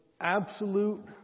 absolute